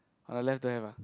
our left don't have ah